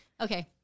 Okay